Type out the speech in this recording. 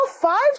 five